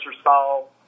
style